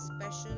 special